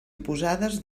oposades